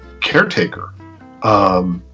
caretaker